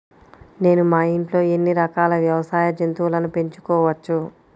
నేను మా ఇంట్లో ఎన్ని రకాల వ్యవసాయ జంతువులను పెంచుకోవచ్చు?